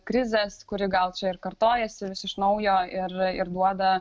krizės kuri gal čia ir kartojasi vis iš naujo ir ir duoda